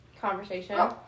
conversation